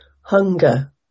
hunger